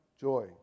joy